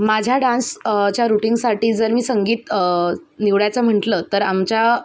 माझ्या डान्सच्या रूटींगसाठी जर मी संगीत निवडायचं म्हंटलं तर आमच्या